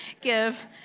give